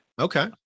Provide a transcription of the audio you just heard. Okay